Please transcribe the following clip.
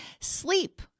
Sleep